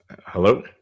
hello